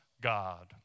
God